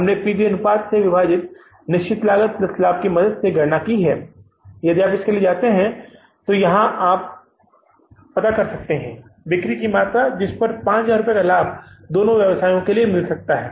हमने P V अनुपात से विभाजित निश्चित लागत लाभ की मदद से गणना की इसलिए यदि आप इसके लिए जाते हैं तो आप यहां पता कर सकते हैं बिक्री का मात्रा जिस पर 5000 का लाभ दोनों व्यवसायों के लिए मिल सकता है